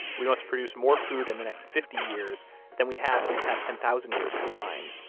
we must produce more food in the next fifty years than we have in the past ten thousand years combined.